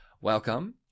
Welcome